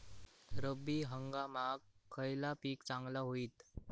रब्बी हंगामाक खयला पीक चांगला होईत?